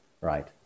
right